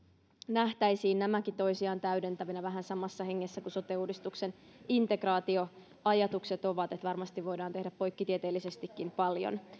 nähtäisiin nämäkin toisiaan täydentävinä vähän samassa hengessä kuin sote uudistuksen integraatioajatukset ovat eli varmasti voidaan tehdä poikkitieteellisestikin paljon